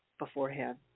beforehand